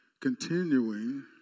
continuing